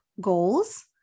goals